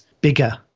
bigger